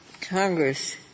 Congress